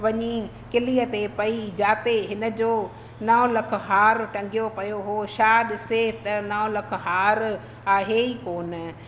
वञी किलीअ ते पई जाते हिन जो नौ लखो हार टंगियो पियो हुओ छा ॾिसे त नौ लख हार आहे ई कोन